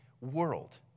world